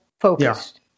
focused